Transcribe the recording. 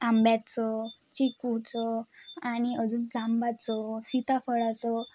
आंब्याचं चिकूचं आणि अजून जांबाचं सीताफळाचं